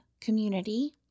community